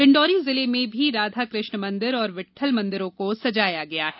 डिंडोरी जिले में श्री राधाकृष्ण मंदिर और बिट़ठल मंदिरों को सजाया गया है